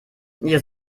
ihr